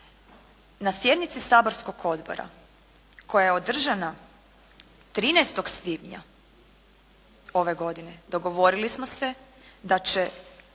Na sjednici Saborskog odbora koja je održana 13. svibnja ove godine dogovorili smo se da će